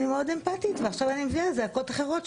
אני מאוד אמפטית, ועכשיו אני מביאה זעקות אחרות.